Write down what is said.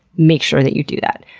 make sure that you do that.